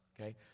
okay